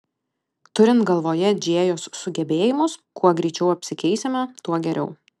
turint galvoje džėjos sugebėjimus kuo greičiau apsikeisime tuo geriau